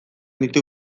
ditu